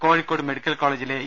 Kozhikode medical കോളേജിലെ E